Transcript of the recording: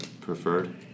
preferred